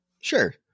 Sure